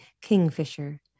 kingfisher